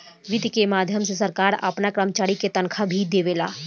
वित्त के माध्यम से सरकार आपना कर्मचारी के तनखाह भी देवेला